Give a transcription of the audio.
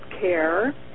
care